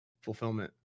fulfillment